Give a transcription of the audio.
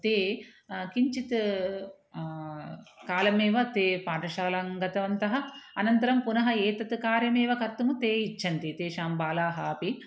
ते किञ्चित् कालमेव ते पाठशालां गतवन्तः अनन्तरं पुनः एतत् कार्यमेव कर्तुं ते इच्छन्ति तेषां बालाः अपि